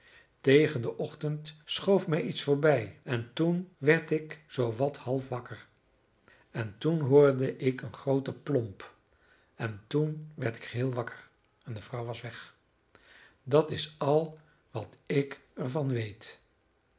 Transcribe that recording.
tegen den ochtend schoof mij iets voorbij en toen werd ik zoo wat half wakker en toen hoorde ik een grooten plomp en toen werd ik geheel wakker en de vrouw was weg dat is al wat ik er van weet